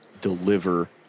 deliver